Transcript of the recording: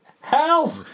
help